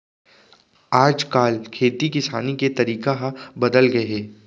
आज काल खेती किसानी के तरीका ह बदल गए हे